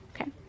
Okay